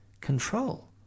control